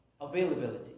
availability